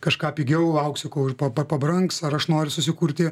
kažką pigiau lauksiu kol pa pa pabrangs ar aš noriu susikurti